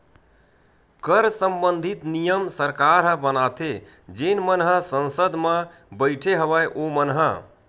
कर संबंधित नियम सरकार ह बनाथे जेन मन ह संसद म बइठे हवय ओमन ह